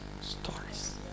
stories